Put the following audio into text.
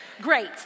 Great